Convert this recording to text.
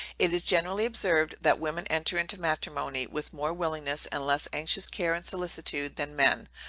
it is generally observed, that women enter into matrimony with more willingness, and less anxious care and solicitude, than men,